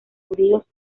judíos